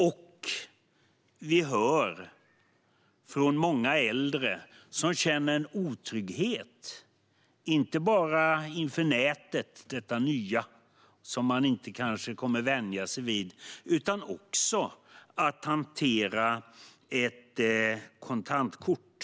Vi hör också från många äldre som känner en otrygghet inte bara inför nätet - detta nya som man kanske inte kommer att vänja sig vid - utan också inför att hantera ett kontantkort.